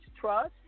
trust